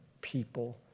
people